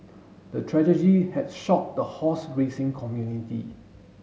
the tragedy had shocked the horse racing community